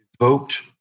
evoked